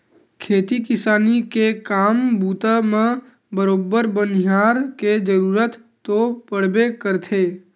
खेती किसानी के काम बूता म बरोबर बनिहार के जरुरत तो पड़बे करथे